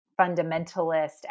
fundamentalist